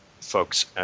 folks